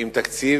עם תקציב